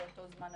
באותו זמן נתון.